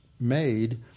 made